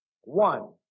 One